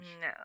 No